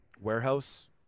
warehouse